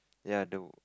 ya the